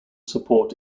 support